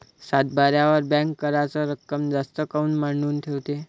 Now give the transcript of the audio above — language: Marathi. सातबाऱ्यावर बँक कराच रक्कम जास्त काऊन मांडून ठेवते?